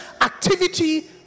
activity